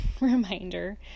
reminder